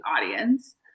audience